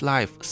Life